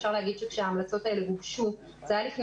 אפשר להגיד שכאשר ההמלצות הללו גובשו זה היה לפני